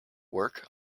work